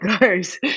goes